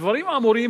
הדברים אמורים,